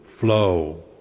flow